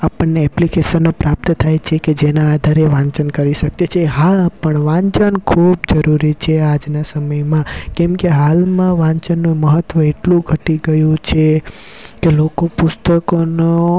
આપણને એપ્લિકેશનો પ્રાપ્ત થાય છે કે જેના આધારે વાંચન કરી શકીએ છે હા પણ વાંચન ખૂબ જરૂરી છે આજના સમયમાં કેમકે હાલમાં વાંચનનું મહત્ત્વ એટલું ઘટી ગયું છે કે લોકો પુસ્તકોનો